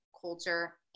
culture